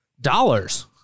dollars